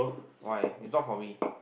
why it's not for me